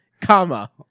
Comma